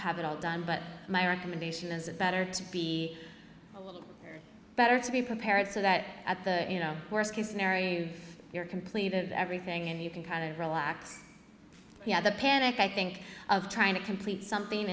have it all done but my recommendation is it better to be better to be prepared so that at the you know worst case scenario you're completed everything and you can kind of relax the panic i think of trying to complete something